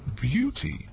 beauty